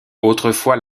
autrefois